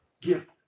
gift